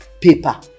paper